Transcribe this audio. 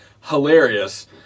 hilarious